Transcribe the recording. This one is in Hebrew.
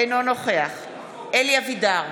אינו נוכח אלי אבידר,